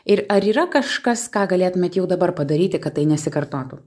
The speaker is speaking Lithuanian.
ir ar yra kažkas ką galėtumėt jau dabar padaryti kad tai nesikartotų